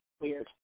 weird